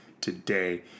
today